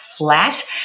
flat